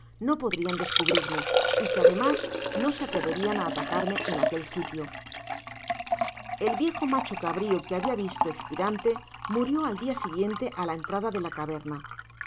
no podrian descubrirme y que ademas no se atreverian á atacarme en aquel sitio el viejo macho cabrio que habia visto espirante murio al dia siguiente á la entrada de la caverna me